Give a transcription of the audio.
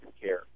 care